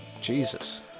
Jesus